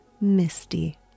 Misty